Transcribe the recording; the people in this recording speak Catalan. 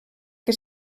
que